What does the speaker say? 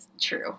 true